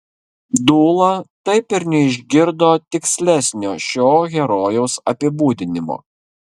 dūla taip ir neišgirdo tikslesnio šio herojaus apibūdinimo